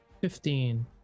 Fifteen